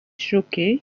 jockeys